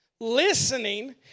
Listening